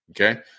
Okay